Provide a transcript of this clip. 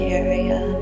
area